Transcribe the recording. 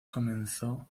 comenzó